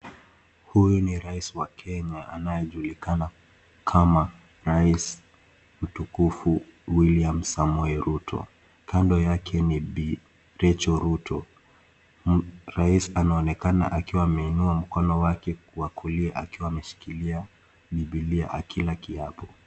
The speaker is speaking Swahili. Huyu ni Rais wa Kenya anayejulikana kama Rais Mtukufu William Samoe Ruto. Kando yake ni Bi. Rachel Ruto. Rais anonekana akiwa ameinua mkono wake wa kulia akiwa ameshikilia bilia akila kiapu.